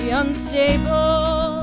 unstable